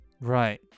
right